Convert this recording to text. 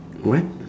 what